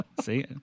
see